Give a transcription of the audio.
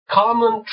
common